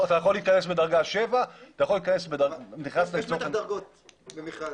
אתה יכול להיכנס בדרגה 7 ואתה יכול להיכנס --- יש מתח דרגות במכרז.